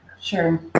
Sure